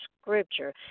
Scripture